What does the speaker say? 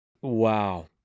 Wow